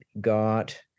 got